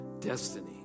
destiny